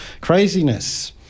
craziness